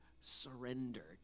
surrender